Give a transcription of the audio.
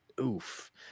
oof